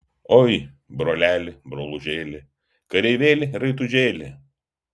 oi broleli brolužėli kareivėli raitužėli